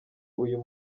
uyu